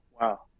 Wow